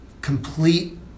complete